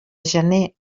gener